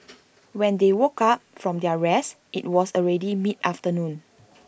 when they woke up from their rest IT was already mid afternoon